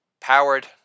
Powered